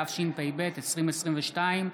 התשפ"ב 2022,